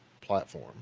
platform